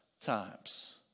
times